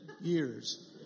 years